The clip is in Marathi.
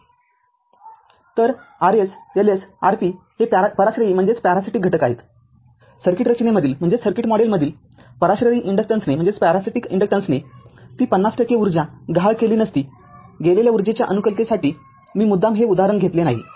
तर Rs Ls Rp हे पराश्रयी घटक आहेत सर्किट रचनेमधील पराश्रयी इन्डक्टन्सने ती ५० टक्के ऊर्जा गहाळ केली नसतीगेलेल्या ऊर्जेच्या अनुकूलतेसाठी मी मुद्दाम हे उदाहरण घेतले नाही